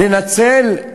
לנצל,